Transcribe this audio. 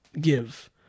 give